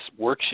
worksheet